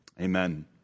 Amen